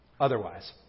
otherwise